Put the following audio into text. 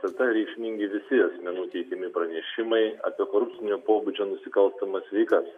tatai reikšmingi visi asmenų teikiami pranešimai apie korupcinio pobūdžio nusikalstamas veikas